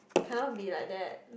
cannot be like that